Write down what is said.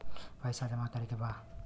पैसा जमा करे के बा?